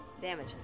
damage